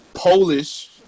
Polish